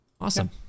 Awesome